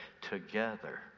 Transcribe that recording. together